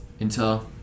Intel